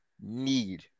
need